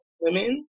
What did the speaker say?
women